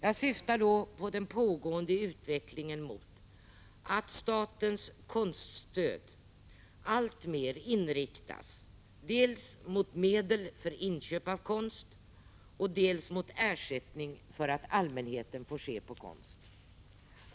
Jag syftar då på den pågående utvecklingen mot att statens konststöd alltmer inriktas dels mot medel för inköp av konst, dels mot ersättning för att allmänheten skall få se på konst.